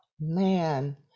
man